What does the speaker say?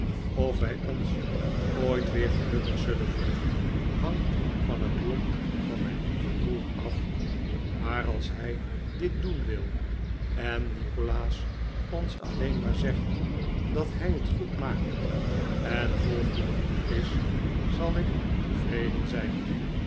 of wjj ons ooit weer gelukkig zullen voelen hangt van het lot van mijn lieven broer af maar als hij dit doen wil en nikolaas ons alleen maar zegt dat hij het goed maakt en vol goeden moed is zal ik tevreden zijn